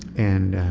and